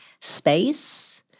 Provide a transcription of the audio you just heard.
space